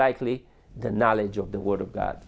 likely the knowledge of the word of god